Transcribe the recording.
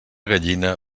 gallina